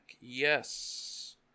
Yes